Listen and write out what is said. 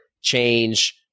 change